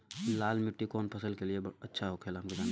लाल मिट्टी कौन फसल के लिए अच्छा होखे ला?